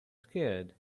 scared